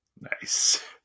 Nice